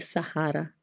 Sahara